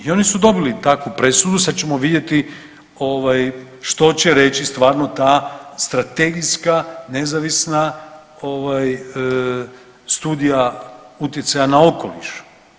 I oni su dobili takvu presudu, sad ćemo vidjeti što će reći stvarno ta strategijska nezavisna studija utjecaja na okoliš.